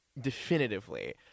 definitively